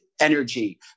energy